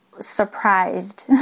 surprised